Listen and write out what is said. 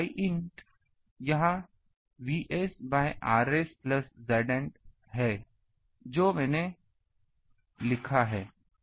तो Iint यह VS by RS Zant है जो मेने लिखा है